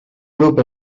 grup